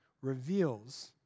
reveals